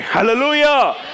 Hallelujah